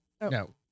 No